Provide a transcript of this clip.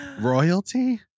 royalty